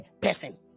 person